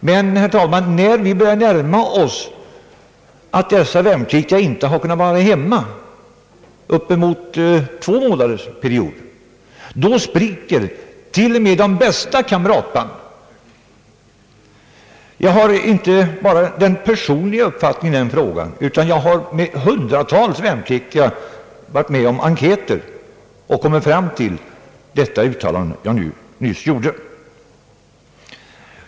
När dessa värnpliktiga emellertid, herr talman, tjänstgjort under en tvåmånadersperiod, utan att ha kunnat resa hem, då spricker till och med de bästa kamratbanden. Det är inte bara en personlig uppfattning som jag har i denna fråga, utan jag har gjort enkäter med hundratals värnpliktiga och kommit fram till just denna uppfattning.